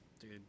dude